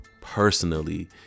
personally